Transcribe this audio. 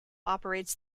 operates